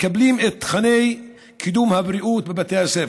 מקבלים את תוכני קידום הבריאות בבתי הספר,